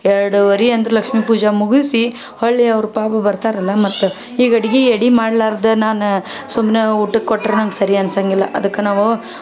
ಎರಡುವರೆ ಅಂದ್ರೆ ಲಕ್ಷ್ಮೀ ಪೂಜೆ ಮುಗಿಸಿ ಹೊಳ್ಳಿ ಅವ್ರ ಪಾಪ ಬರ್ತಾರಲ್ಲ ಮತ್ತು ಈಗ ಅಡ್ಗೆ ಎಡೆ ಮಾಡ್ಲಾರದೇ ನಾನು ಸುಮ್ನೆ ಊಟಕ್ಕೆ ಕೊಟ್ರೆ ನಂಗೆ ಸರಿ ಅನ್ಸೋಂಗಿಲ್ಲ ಅದಕ್ಕೆ ನಾವೂ